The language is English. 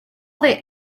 they